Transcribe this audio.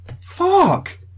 fuck